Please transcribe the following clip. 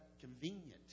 convenient